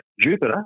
Jupiter